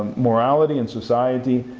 morality and society.